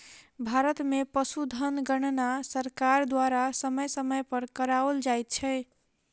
भारत मे पशुधन गणना सरकार द्वारा समय समय पर कराओल जाइत छै